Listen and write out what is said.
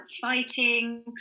fighting